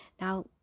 now